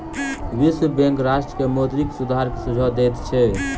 विश्व बैंक राष्ट्र के मौद्रिक सुधार के सुझाव दैत छै